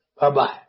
Bye-bye